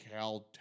Caltech